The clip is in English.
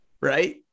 right